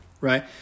right